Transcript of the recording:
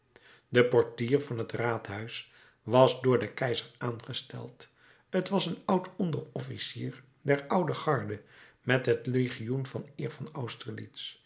de portier van het raadhuis was door den keizer aangesteld t was een oud onderofficier der oude garde met het legioen van eer van austerlitz